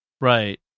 Right